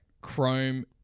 Chrome